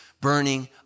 burning